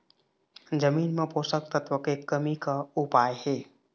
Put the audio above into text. जमीन म पोषकतत्व के कमी का उपाय हे?